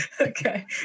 Okay